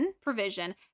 provision